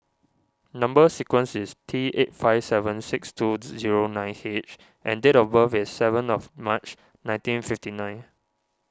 Number Sequence is T eight five seven six two zero nine H and date of birth is seven of March nineteen fifty nine